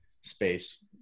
space